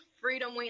freedom